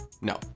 No